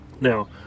Now